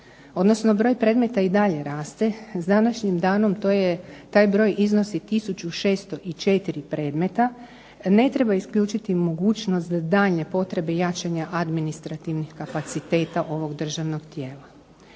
odnosno broj predmeta i dalje raste s današnjim danom taj broj iznosi 1604 predmeta. Ne treba isključiti mogućnost za daljnje potrebe jačanja administrativnih kapaciteta ovog državnog tijela.